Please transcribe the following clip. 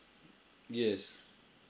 yes